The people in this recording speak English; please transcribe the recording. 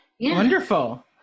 Wonderful